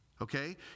Okay